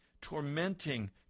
tormenting